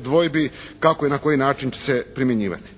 dvojbi kako i na koji način će se primjenjivati.